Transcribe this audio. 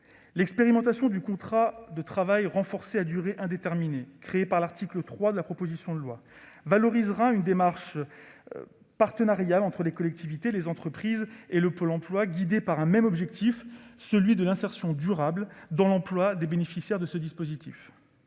L'expérimentation du contrat de travail renforcé à durée indéterminée, instauré à l'article 3 de la proposition de loi, valorisera une démarche partenariale entre les collectivités territoriales, les entreprises et Pôle emploi, réunis dans un même objectif : l'insertion durable dans l'emploi des bénéficiaires de ce dispositif.